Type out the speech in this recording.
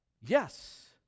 Yes